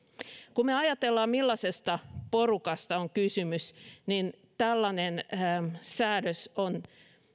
kun me ajattelemme millaisesta porukasta on kysymys niin tällainen säädös on